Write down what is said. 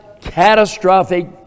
catastrophic